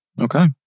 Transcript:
Okay